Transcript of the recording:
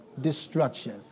destruction